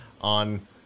on